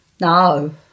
No